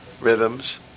Rhythms